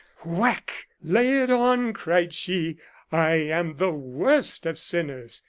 whack! lay it on! cried she i am the worst of sinners.